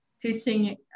teaching